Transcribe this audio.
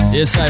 Yes